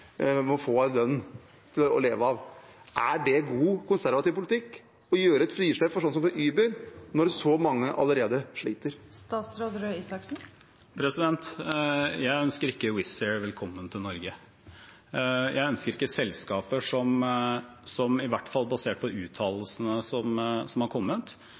med å få en lønn til å leve av. Er det god konservativ politikk å gi et frislipp for sånne som Uber, når så mange allerede sliter? Jeg ønsker ikke Wizz Air velkommen til Norge. Jeg ønsker ikke selskaper som – i hvert fall basert på uttalelsene som har kommet